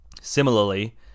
Similarly